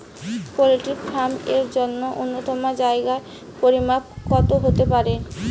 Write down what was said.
Poultry farm এর জন্য নূন্যতম জায়গার পরিমাপ কত হতে পারে?